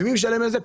מי משלם את זה?